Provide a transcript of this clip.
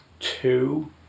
two